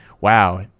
wow